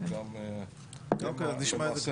הם גם למעשה --- אז נשמע את זה.